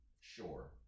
Sure